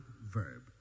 verb